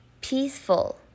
peaceful